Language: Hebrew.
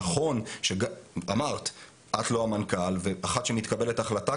נכון אמרת שאת לא המנכ"ל ומאחר שמתקבלת החלטה